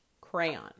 crayon